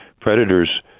predators